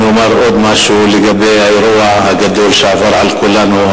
אומר עוד משהו לגבי האירוע הגדול שעבר על כולנו,